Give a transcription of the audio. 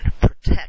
protect